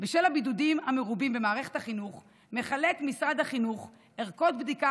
בשל הבידודים המרובים במערכת החינוך מחלק משרד החינוך ערכות בדיקה